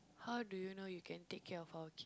how do you know you can take care of her